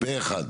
פה אחד.